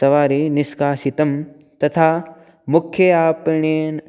सवारी निष्कासितं तथा मुख्य आपणेन